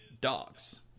dogs